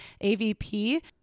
AVP